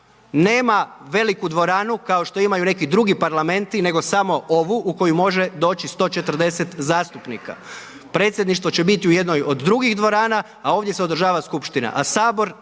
nema veliku dvoranu kao što imaju neki drugi Parlamenti nego samo ovu u koju može doći 140 zastupnika. Predsjedništvo će biti u jednoj od drugih dvorana a ovdje se održava skupština a sabor se